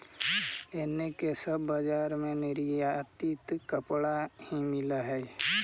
एने के सब बजार में निर्यातित कपड़ा ही मिल हई